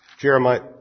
Jeremiah